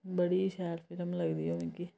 बड़ी शैल फिल्म लगदी ऐ मिगी